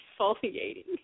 exfoliating